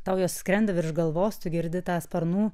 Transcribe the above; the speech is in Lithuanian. tau jos skrenda virš galvos tu girdi tą sparnų